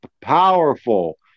powerful